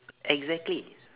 exactly